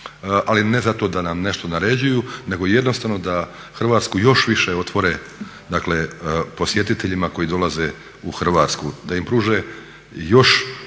ali ne zato da nam nešto naređuju nego jednostavno da Hrvatsku još više otvore posjetiteljima koji dolaze u Hrvatsku,